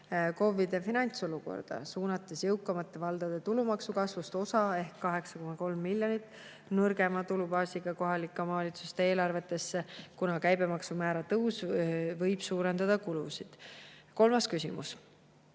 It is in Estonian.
KOV‑ide finantsolukorda, suunates osa jõukamate valdade tulumaksu[summade] kasvust ehk 8,3 miljonit nõrgema tulubaasiga kohalike omavalitsuste eelarvetesse, kuna käibemaksumäära tõus võib suurendada nende kulusid. Kolmas küsimus: